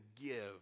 give